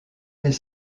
est